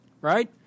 right